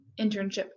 internship